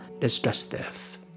destructive